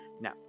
now